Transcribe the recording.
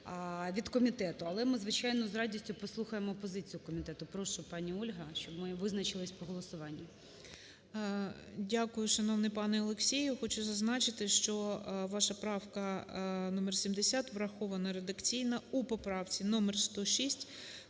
від комітету. Але ми, звичайно, з радістю послухаємо позицію комітету. Прошу пані Ольга, щоб ми визначились по голосуванню. 13:32:06 БОГОМОЛЕЦЬ О.В. Дякую, шановний пане Олексію! Хочу зазначити, що ваша правка номер 70 врахована редакційно у поправці номер 106